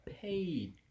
paid